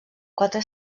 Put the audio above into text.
quatre